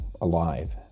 alive